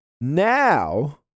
now